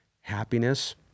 happiness